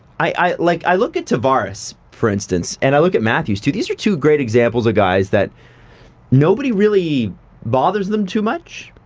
like i look at tavares, for instance, and i look at matthews too. these are two great examples of guys that nobody really bothers them too much.